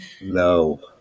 No